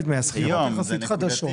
בדירות חדשות.